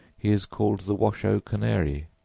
he is called the washoe canary,